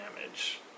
damage